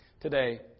Today